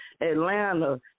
Atlanta